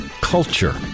culture